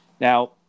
Now